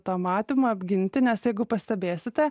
tą matymą apginti nes jeigu pastebėsite